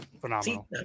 Phenomenal